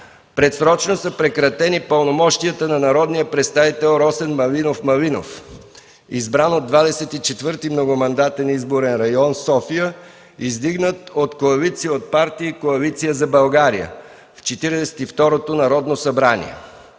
предсрочно са прекратени пълномощията на народния представител Росен Малинов Малинов, избран от 24. многомандатен избирателен район – София, издигнат от коалиция от партии и Коалиция за България в Четиридесет